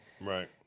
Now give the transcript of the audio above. Right